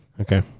okay